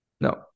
no